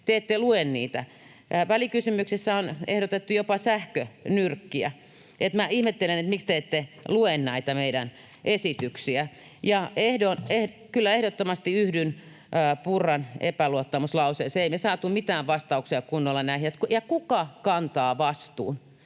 te ette lue niitä. Välikysymyksessä on ehdotettu jopa sähkönyrkkiä. Minä ihmettelen, miksi te ette lue näitä meidän esityksiämme. Kyllä ehdottomasti yhdyn Purran epäluottamuslauseeseen. Ei me saatu kunnolla mitään vastauksia näihin. Ja kuka kantaa vastuun?